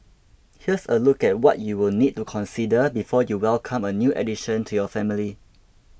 here's a look at what you will need to consider before you welcome a new addition to your family